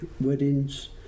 weddings